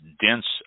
dense